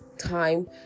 time